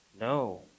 no